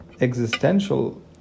existential